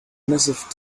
massive